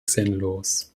sinnlos